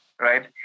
right